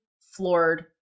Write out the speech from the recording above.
floored